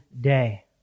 day